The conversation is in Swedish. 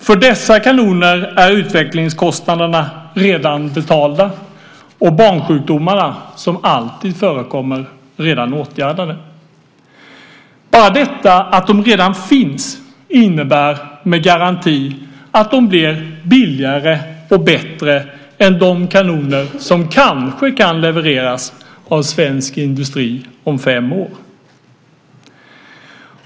För dessa kanoner är utvecklingskostnaderna redan betalda och de barnsjukdomar som alltid förekommer redan åtgärdade. Bara detta att de redan finns innebär med garanti att de blir billigare och bättre än de kanoner som kanske kan levereras av svensk industri om fem år.